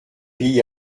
pays